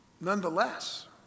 nonetheless